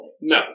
No